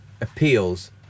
appeals